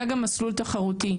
היה גם מסלול תחרותי,